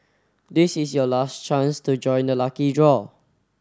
this is your last chance to join the lucky draw